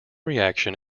reaction